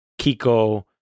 Kiko